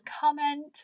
comment